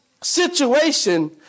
situation